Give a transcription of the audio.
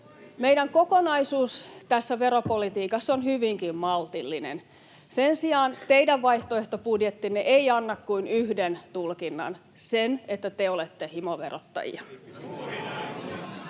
Meidän kokonaisuus tässä veropolitiikassa on hyvinkin maltillinen. Sen sijaan teidän vaihtoehtobudjettinne eivät anna kuin yhden tulkinnan: sen, että te olette himoverottajia.